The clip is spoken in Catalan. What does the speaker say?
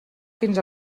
fins